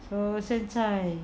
so 现在